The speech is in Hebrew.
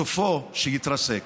סופו שיתרסק.